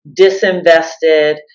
disinvested